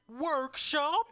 workshop